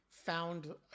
found